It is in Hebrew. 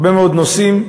הרבה מאוד נושאים